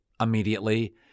immediately